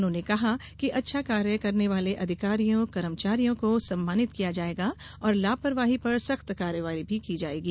उन्होंने कहा कि अच्छा कार्य करने वाले अधिकारियों कर्मचारियों को सम्मानित किया जायेगा और लापरवाही पर सख्त कार्यवाही भी की जायेगी